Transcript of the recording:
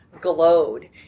glowed